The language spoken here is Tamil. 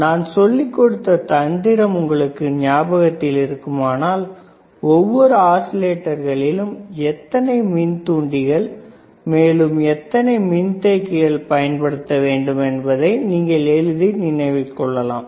நான் சொல்லிக்கொடுத்த தந்திரம் உங்களுக்கு ஞாபகத்தில் இருக்குமானால் ஒவ்வொரு ஆஸிலேட்டர்களிலும் எத்தனை மின்தூண்டிகள் மேலும் எத்தனை மின் தேக்கிகள் பயன்படுத்த வேண்டும் என்பதை நீங்கள் எளிதாக நினைவில் வைத்துக்கொள்ளலாம்